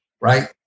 right